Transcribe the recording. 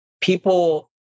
people